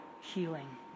healing